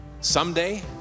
someday